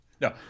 No